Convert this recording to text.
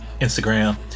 Instagram